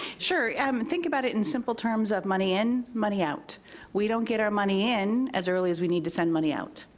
sure, ah, to um think about it in simple terms of money in, money out we don't get our money in as early as we need to send money out.